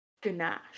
Ganache